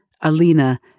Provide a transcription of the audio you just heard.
Alina